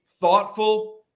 thoughtful